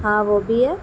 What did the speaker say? ہاں وہ بھی ہے